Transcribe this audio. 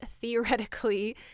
theoretically